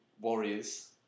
warriors